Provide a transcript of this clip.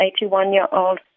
81-year-old